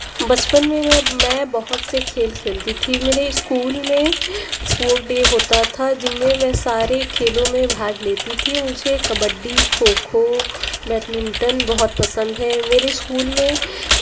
بچپن میں میں میں بہت سے کھیل کھیلتی تھی میرے اسکول میں اسپورٹ ڈے ہوتا تھا جن میں میں سارے کھیلوں میں بھاگ لیتی تھی مجھے کبڈی کھوکھو بیڈمنٹن بہت پسند ہے میرے اسکول میں